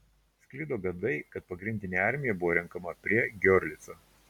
sklido gandai kad pagrindinė armija buvo renkama prie giorlico